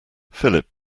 philip